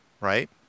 right